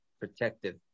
protective